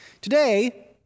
Today